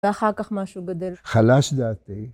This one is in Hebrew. ואחר כך משהו גדל. חלש דעתי.